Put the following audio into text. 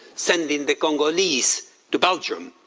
sending the congolese to belgium,